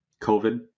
COVID